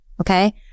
okay